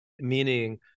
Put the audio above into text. meaning